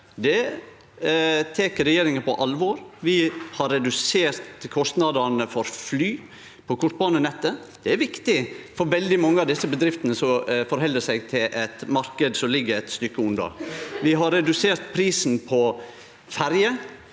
Det tek regjeringa på alvor. Vi har redusert kostnadene for fly på kortbanenettet. Det er viktig, for veldig mange av desse bedriftene forheld seg til ein marknad som ligg eit stykke unna. Vi har redusert prisen på ferjer,